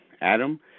Adam